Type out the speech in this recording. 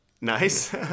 Nice